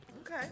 Okay